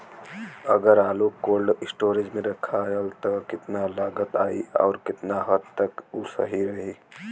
अगर आलू cold storage में रखायल त कितना लागत आई अउर कितना हद तक उ सही रही?